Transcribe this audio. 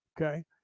okay